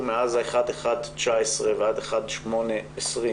מאז 1 בינואר 2019 ועד ה-1 באוגוסט 2020,